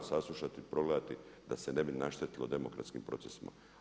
saslušati, progledati da se ne bi naštetilo demokratskim procesima.